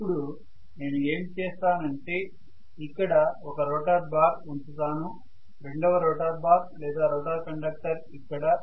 ఇప్పుడు నేను ఏమి చేస్తాను అంటే ఇక్కడ ఒక రోటర్ బార్ ఉంచుతాను రెండవ రోటర్ బార్ లేదా రోటర్ కండక్టర్ ఇక్కడ